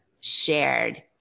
shared